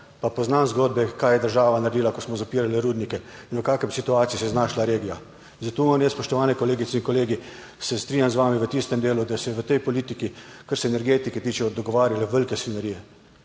pa poznam zgodbe, kaj je država naredila, ko smo zapirali rudnike in v kakšni situaciji se je znašla regija. In zato moram jaz, spoštovani kolegice in kolegi, se strinjam z vami v tistem delu, da se je v tej politiki, kar se energetike tiče, dogovarjalo velike svinjarije.